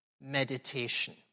meditation